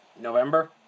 November